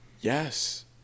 Yes